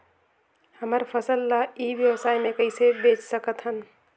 हमर फसल ल ई व्यवसाय मे कइसे बेच सकत हन?